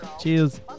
Cheers